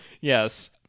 Yes